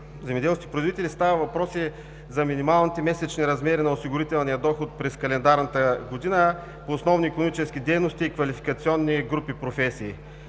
земеделските производители, става въпрос и за минималните месечни размери на осигурителния доход през календарната година, за основни икономически дейности и квалификационни групи професии.